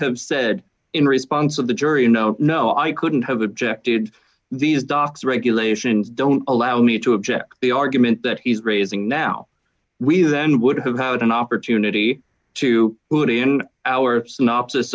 have said in response of the jury no no i couldn't have objected these docs regulations don't allow me to object the argument that he's raising now we then would have had an opportunity to put in our synopsis